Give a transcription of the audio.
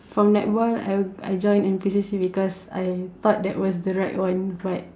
from netball I I join N_P_C_C because I thought that was the right one but